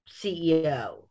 CEO